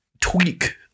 tweak